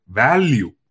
value